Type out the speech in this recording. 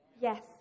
Yes